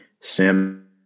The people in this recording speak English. Sam